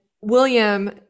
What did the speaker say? William